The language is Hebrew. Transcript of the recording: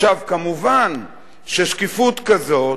עכשיו, מובן ששקיפות כזאת